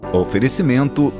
oferecimento